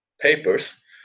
papers